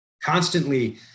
Constantly